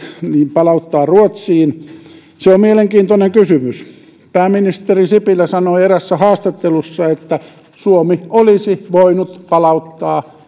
palauttaa heidät ruotsiin se on mielenkiintoinen kysymys pääministeri sipilä sanoi eräässä haastattelussa että suomi olisi voinut palauttaa